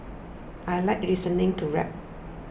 I like listening to rap